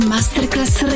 Masterclass